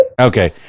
Okay